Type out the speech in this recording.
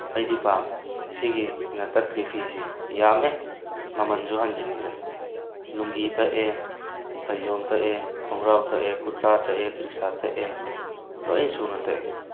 ꯑꯩꯗꯤ ꯄꯥꯝꯃꯤ ꯁꯤꯒꯤꯅ ꯇꯛꯈ꯭ꯔꯤ ꯐꯤꯁꯦ ꯌꯥꯝꯃꯦ ꯃꯃꯟꯁꯨ ꯍꯟꯖꯤꯟꯈ꯭ꯔꯦ ꯂꯣꯡꯒꯤ ꯇꯛꯑꯦ ꯐꯩꯖꯣꯝ ꯇꯛꯑꯦ ꯈꯣꯡꯒ꯭ꯔꯥꯎ ꯇꯛꯑꯦ ꯀꯨꯔꯇꯥ ꯇꯛꯑꯦ ꯇꯤꯁꯥꯔꯠ ꯇꯛꯑꯦ ꯂꯣꯏ ꯁꯨꯅ ꯇꯛꯑꯦ